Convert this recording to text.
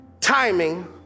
timing